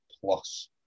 plus